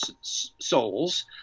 souls